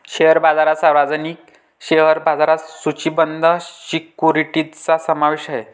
share बाजारात सार्वजनिक share बाजारात सूचीबद्ध सिक्युरिटीजचा समावेश आहे